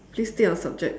please stay on subject